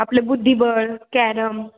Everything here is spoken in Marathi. आपलं बुद्धिबळ कॅरम